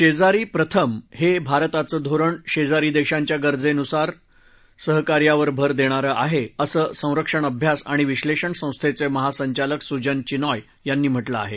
शेजारी प्रथम हे भारताचं धोरण शेजारी देशांच्या गरजांनुसार सहकार्यावर भर देणारं आहे असं संरक्षण अभ्यास आणि विस्तेषण संस्थेचे महासंचालक सुजन चिनॉय यांनी म्हटलं आहे